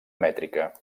mètrica